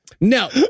No